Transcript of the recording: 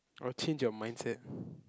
I'll change your mindset